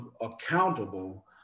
accountable